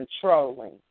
controlling